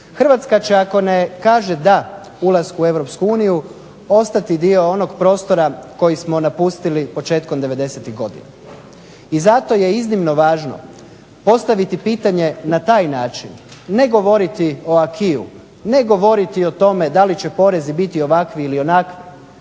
Hrvatska će ako ne kaže da ulasku u europsku uniju ostati dio onoga prostora kojeg smo napustili početkom 90-tih godina. I zato je iznimno važno postaviti pitanje na takav način, ne govoriti o acquisu, ne govoriti o tome da li će porezi biti ovakvi ili onakvi,